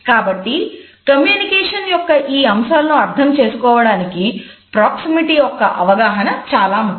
కాబట్టి కమ్యూనికేషన్ యొక్క అవగాహన చాలా ముఖ్యం